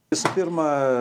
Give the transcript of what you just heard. visų pirma